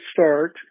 start